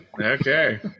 Okay